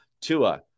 Tua